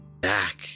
back